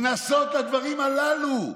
קנסות לדברים הללו,